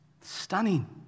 Stunning